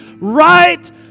right